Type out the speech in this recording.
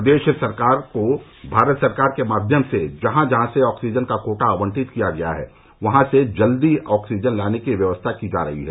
प्रदेश सरकार को भारत सरकार से माध्यम से जहां जहां से ऑक्सीजन का कोटा आवटित किया गया है वहां से जल्दी ऑक्सीजन लाने की व्यवस्था की जा रही है